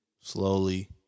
slowly